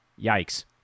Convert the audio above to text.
Yikes